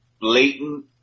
blatant